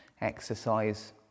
exercise